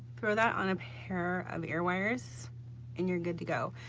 throw that on a pair of ear wires and you're good to go.